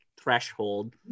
threshold